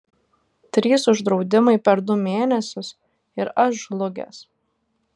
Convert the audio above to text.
trys uždraudimai per du mėnesius ir aš žlugęs